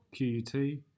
QUT